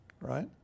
right